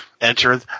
enter